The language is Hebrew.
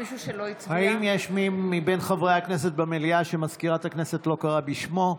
האם יש מי מבין חברי הכנסת במליאה שמזכירת הכנסת לא קראה בשמו?